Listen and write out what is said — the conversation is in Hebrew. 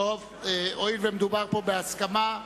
הואיל ומדובר בהסכמה,